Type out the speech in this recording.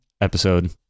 episode